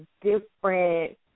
different